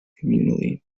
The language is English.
communally